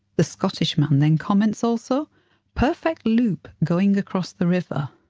the scottish man then comments also perfect loop going across the river.